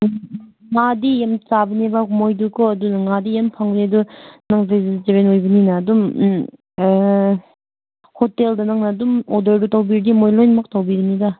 ꯉꯥꯗꯤ ꯌꯥꯝ ꯆꯥꯕꯅꯦꯕ ꯃꯣꯏꯗꯣꯀꯣ ꯑꯗꯨꯅ ꯉꯥꯗꯤ ꯌꯥꯝ ꯐꯪꯂꯦ ꯑꯗꯣ ꯅꯪꯁꯨ ꯚꯦꯖꯤꯇꯦꯔꯤꯌꯥꯟ ꯑꯣꯏꯕꯅꯤꯅ ꯑꯗꯨꯝ ꯍꯣꯇꯦꯜꯗ ꯅꯪꯅ ꯑꯗꯨꯝ ꯑꯣꯔꯗꯔꯗꯣ ꯇꯧꯕꯤꯔꯗꯤ ꯃꯣꯏꯅ ꯂꯣꯏꯅꯃꯛ ꯇꯧꯕꯤꯕꯅꯤꯗ